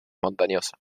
montañosa